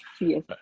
yes